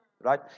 Right